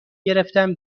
گرفتم